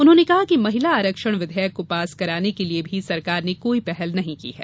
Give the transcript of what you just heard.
उन्होंने कहा कि महिला आरक्षण विधेयक को पास कराने के लिये भी सरकार ने कोई पहल नहीं की है